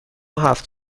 هفت